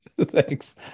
thanks